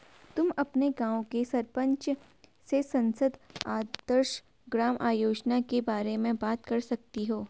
तुम अपने गाँव के सरपंच से सांसद आदर्श ग्राम योजना के बारे में बात कर सकती हो